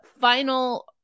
final